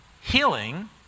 healing